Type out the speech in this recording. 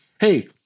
hey